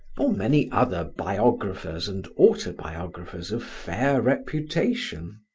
or many other biographers and autobiographers of fair reputation.